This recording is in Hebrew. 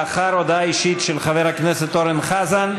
לאחר הודעה אישית של חבר הכנסת אורן חזן,